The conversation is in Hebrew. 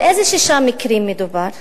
על איזה שישה מקרים מדובר?